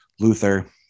luther